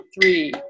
three